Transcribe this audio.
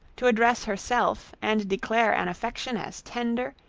to address herself and declare an affection as tender,